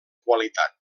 qualitat